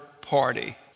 party